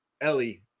Ellie